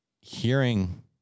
hearing